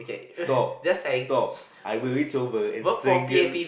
stop stop I will reach over and strangle